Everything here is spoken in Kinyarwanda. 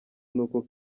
nuko